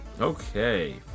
Okay